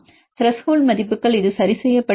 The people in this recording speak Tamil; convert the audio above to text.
த்ரெஷோல்ட மதிப்புகள் இது சரி செய்யப்படவில்லை